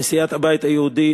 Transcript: מסיעת הבית היהודי,